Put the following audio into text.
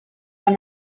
from